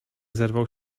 zerwał